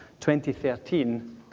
2013